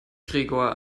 gregor